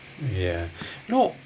ya no